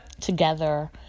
together